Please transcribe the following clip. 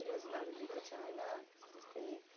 योजनाहरू दिएको छ होइन जस्तै